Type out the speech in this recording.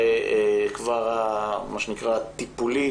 השלב הטיפולי